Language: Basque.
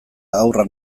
haurra